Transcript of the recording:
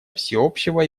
всеобщего